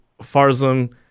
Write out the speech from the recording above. Farzam